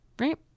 right